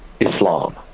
Islam